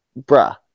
bruh